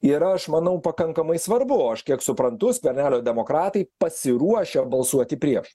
yra aš manau pakankamai svarbu o aš kiek suprantu skvernelio demokratai pasiruošę balsuoti prieš